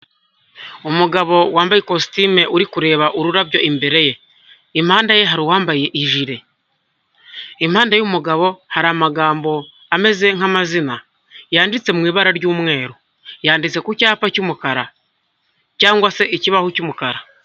Umugabo wambaye ikositimu uri kureba ururabyo imbere ye, impande ye hari uwambaye ijire, impande y'umugabo hari amagambo ameze nk'amazina yanditse mu ibara ry'umweru, yanditse ku cyapa cy'umukara cyangwa se ikibaho cy'umukara.